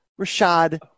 Rashad